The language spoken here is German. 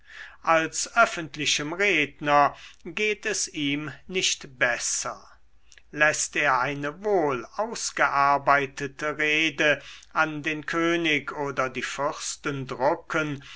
als öffentlichem redner geht es ihm nicht besser läßt er eine wohl ausgearbeitete rede an den könig oder die fürsten drucken